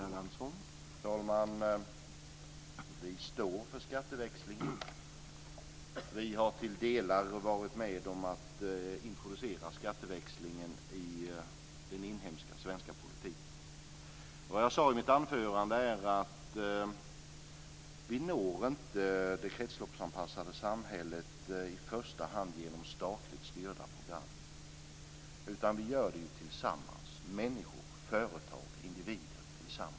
Herr talman! Vi står för skatteväxling och har till delar varit med om att introducera den i den inhemska svenska politiken. Jag sade i mitt anförande att vi inte når det kretsloppsanpassade samhället i första hand genom statligt styrda program, utan det gör vi människor tillsammans - företag och individer tillsammans.